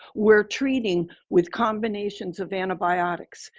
were treating with combinations of antibiotics.